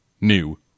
new